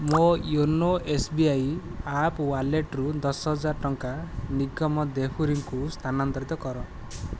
ମୋ YONO S B I app ୱାଲେଟ୍ରୁ ଦଶ ହଜାର ଟଙ୍କା ନିଗମ ଦେହୁରୀଙ୍କୁ ସ୍ଥାନାନ୍ତରିତ କର